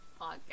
podcast